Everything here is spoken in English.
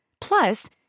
Plus